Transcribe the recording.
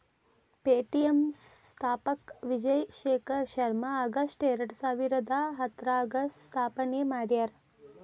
Paytm ಸ್ಥಾಪಕ Vijay Shekhar Sharma August ಎರಡಸಾವಿರದ ಹತ್ತರಾಗ ಸ್ಥಾಪನೆ ಮಾಡ್ಯಾರ